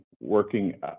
working